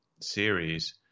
series